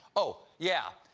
oh, yeah.